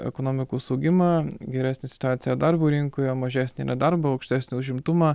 ekonomikos augimą geresnę situaciją darbo rinkoje mažesnį nedarbą aukštesnį užimtumą